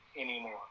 anymore